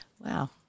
Wow